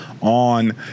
on